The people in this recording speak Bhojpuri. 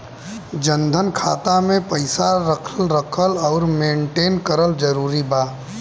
जनधन खाता मे पईसा रखल आउर मेंटेन करल जरूरी बा?